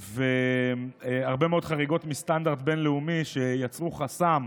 והרבה מאוד חריגות מסטנדרט בין-לאומי שיצרו חסם